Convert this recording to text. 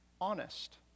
honest